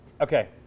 okay